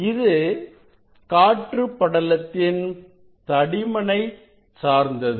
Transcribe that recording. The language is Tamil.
இது காற்று படலத்தின் தடிமன் சார்ந்தது